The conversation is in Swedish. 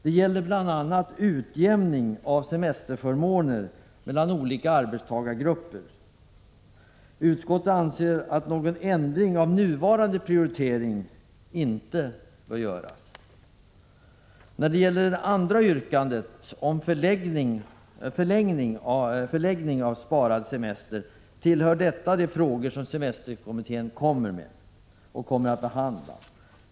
Det gäller bl.a. utjämning av semesterförmåner mellan olika arbetstagargrupper. Utskottet anser att någon ändring av nuvarande prioritering inte bör göras. Det andra yrkandet, om förläggning av sparad semester, tillhör de frågor som semesterkommittén kommer att behandla.